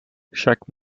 chaque